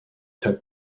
took